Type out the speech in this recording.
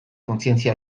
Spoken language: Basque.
kontzientzia